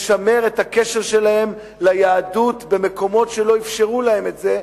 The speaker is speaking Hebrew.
לשמר את הקשר שלהם ליהדות במקומות שלא אפשרו להם את זה,